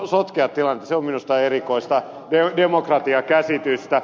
se on minusta erikoista demokratiakäsitystä